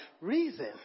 reason